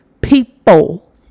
people